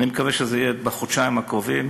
אני מקווה שזה יהיה בחודשיים הקרובים.